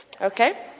okay